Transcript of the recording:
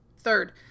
Third